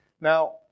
Now